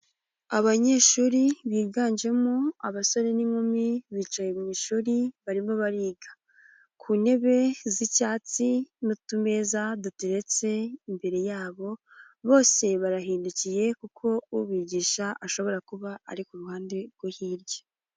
Abanyeshuri biganjemo abasore n'inkumi bicaye mu ishuri barimo bariga ku ntebe z'icyatsi n'utumezaeza duteretse imbere yabo bose barahindukiye kuko ubigisha ashobora kuba ari kuru ruhande rwo hirya.